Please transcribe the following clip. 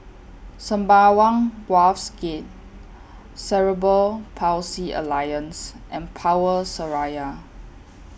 Sembawang Wharves Gate Cerebral Palsy Alliance and Power Seraya